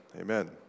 Amen